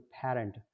parent